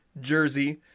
jersey